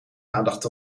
aandacht